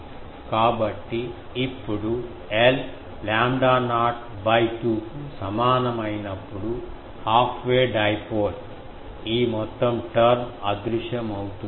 కాబట్టి ఇప్పుడు l lambda naught 2 కు సమానమైనప్పుడు హాఫ్ వే డైపోల్ ఈ మొత్తం టర్మ్ అదృశ్యమవుతుంది